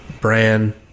Bran